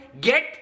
get